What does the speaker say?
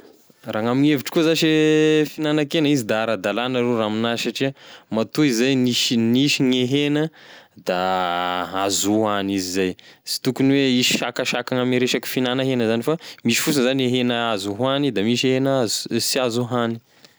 Raha gn'amign'evitriko koa zash e fihinanan-kena izy da ara-dalana aloha raha aminah satria matoa izay nisy gne hena da azo hoagny izy zay, sy tokony hoe hisy sakasakagna ame resaky fihinana hena zany fa misy fonsiny zany hena azo hoany da misy hena azo s- sy azo hoany.